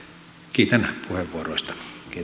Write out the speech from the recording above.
kiitän puheenvuoroista